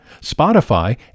Spotify